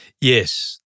Yes